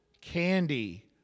candy